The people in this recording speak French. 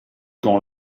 camp